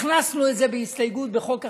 הכנסנו את זה בהסתייגות בחוק אחר,